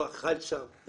אכל שם,